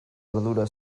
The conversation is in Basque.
ardura